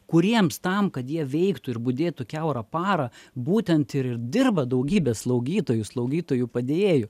kuriems tam kad jie veiktų ir budėtų kiaurą parą būtent ir dirba daugybė slaugytojų slaugytojų padėjėjų